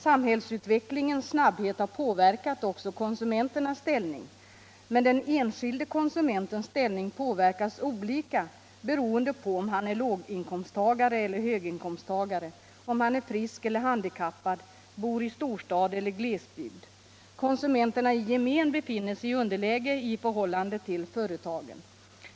Samhällsutvecklingens snabbhet har påverkat också konsumenternas ställning. Men den enskilde konsumentens ställning päverkas olika beroende på om han är låginkomsttagare eller höginkomsttagare, om han är frisk eller handikappad, bor i storstad eller glesbygd. Konsumenterna i gemen befinner sig i underläge i förhållande till företagen.